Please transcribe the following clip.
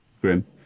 Grim